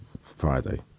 Friday